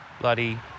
bloody